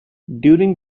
during